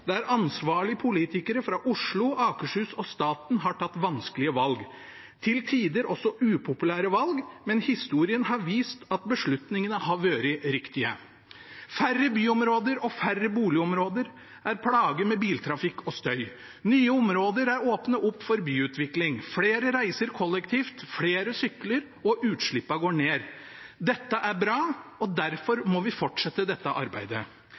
der ansvarlige politikere fra Oslo, Akershus og staten har tatt vanskelige valg, til tider også upopulære valg, men historien har vist at beslutningene har vært riktige. Færre byområder og færre boligområder er plaget med biltrafikk og støy, nye områder er åpnet opp for byutvikling, flere reiser kollektivt, flere sykler, og utslippene går ned. Dette er bra, og derfor må vi fortsette dette arbeidet.